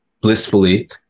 blissfully